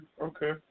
Okay